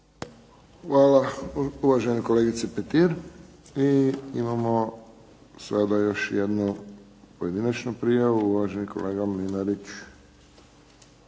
Hvala uvaženoj kolegici Petir. I imamo sada još jednu pojedinačnu prijavu. Uvaženi kolega Mlinarić.